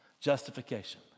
Justification